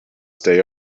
stay